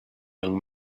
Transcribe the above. young